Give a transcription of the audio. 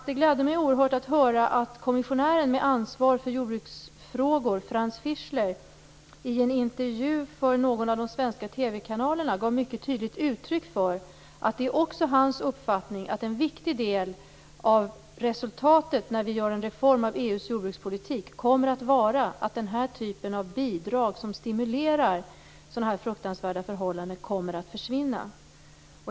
Det gläder mig oerhört att höra att kommissionären med ansvar för jordbruksfrågor Franz Fischler i en intervju för någon av de svenska TV-kanalerna gav mycket tydligt uttryck för att det också är hans uppfattning att en viktig del av resultatet, när vi genomför en reform av EU:s jordbrukspolitik, kommer att vara att den typ av bidrag som stimulerar sådana här fruktansvärda förhållanden kommer att försvinna.